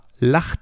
lacht